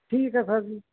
ठीक है सर